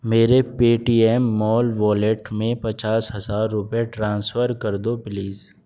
میرے Paytm mall wallet میں پچاس ہزار روپے ٹرانسفر کر دو پلیز